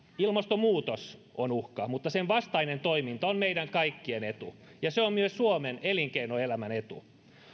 ilmastonmuutos on uhka mutta sen vastainen toiminta on meidän kaikkien etu ja se on myös suomen elinkeinoelämän etu